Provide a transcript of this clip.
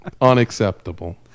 Unacceptable